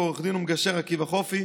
ולעו"ד והמגשר עקיבא חופי.